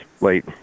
late